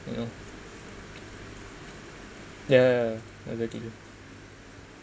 you know yeah the other deal